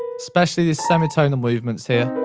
especially these semitonal movements here,